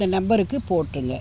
இந்த நம்பருக்கு போட்டுருங்க